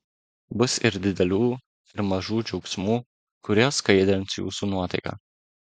bus ir didelių ir mažų džiaugsmų kurie skaidrins jūsų nuotaiką